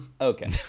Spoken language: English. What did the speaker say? Okay